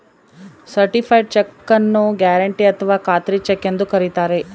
certified ಚೆಕ್ಕು ನ್ನು guarantee ಅಥಾವ ಖಾತ್ರಿ ಚೆಕ್ ಎಂದು ಕರಿತಾರೆ